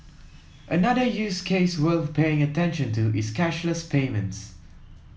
another use case worth paying attention to is cashless payments